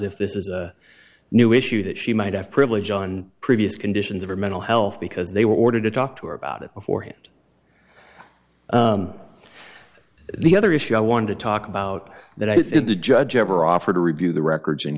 this is a new issue that she might have privilege on previous conditions of her mental health because they were ordered to talk to her about it beforehand the other issue i want to talk about that i think the judge ever offered to review the records in